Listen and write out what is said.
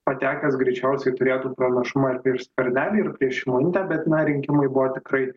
patekęs greičiausiai turėtų pranašumą ir prieš skvernelį ir prieš šimonytę bet na rinkimai buvo tikrai